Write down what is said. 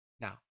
Now